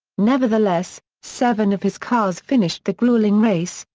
nevertheless, seven of his cars finished the grueling race,